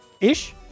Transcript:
ish